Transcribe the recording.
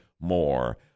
more